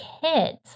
kids